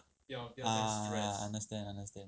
ah understand understand